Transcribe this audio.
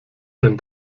denn